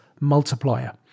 multiplier